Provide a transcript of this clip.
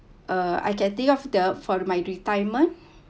uh I can think of the for my retirement